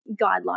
guideline